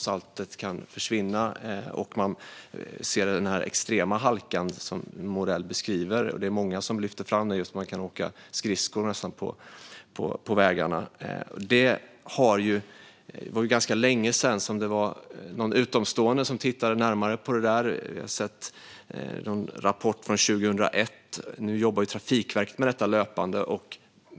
Saltet kan försvinna, och man får då den extrema halka som Morell beskriver. Det är många som berättar att man nästan kan åka skridskor på vägarna. Det var ganska länge sedan någon utomstående tittade närmare på detta. Det finns någon rapport från 2011. Nu jobbar Trafikverket löpande med detta.